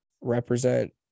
represent